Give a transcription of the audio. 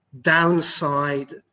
downside